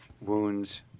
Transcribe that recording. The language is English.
wounds